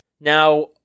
Now